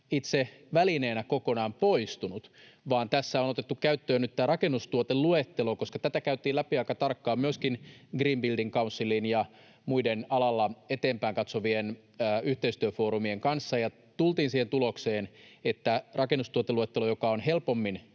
itse välineenä kokonaan poistunut, vaan tässä on otettu käyttöön nyt tämä rakennustuoteluettelo, koska tätä käytiin läpi aika tarkkaan myöskin Green Building Councilin ja muiden alalla eteenpäin katsovien yhteistyöfoorumien kanssa ja tultiin siihen tulokseen, että rakennustuoteluettelo, joka helpommin